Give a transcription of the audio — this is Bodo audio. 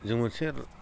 जों मोनसे